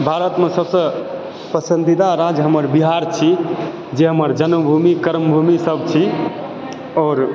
भारतमे सबसँ पसन्दीदा राज हमर बिहार छी जे हमर जनम भूमि करम भूमि सब छी आओर